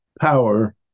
power